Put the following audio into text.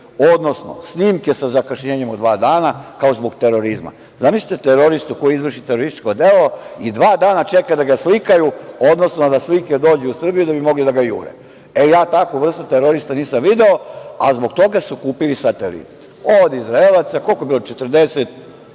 odnosno snimke sa zakašnjenjem od dva dana kao zbog terorizma. Zamislite teroristu koji izvrši terorističko delo i dva dana čeka da ga slikaju, odnosno da slike dođu u Srbiju da bi mogli da ga jure. Takvu vrstu terorista nisam video, a zbog toga su kupili satelite od Izraelaca. Koliko je bilo,